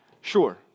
Sure